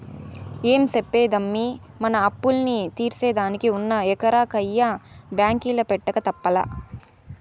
ఏం చెప్పేదమ్మీ, మన అప్పుల్ని తీర్సేదానికి ఉన్న ఎకరా కయ్య బాంకీల పెట్టక తప్పలా